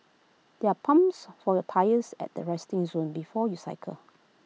there are pumps for your tyres at the resting zone before you cycle